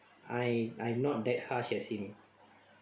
I I'm not that harsh as him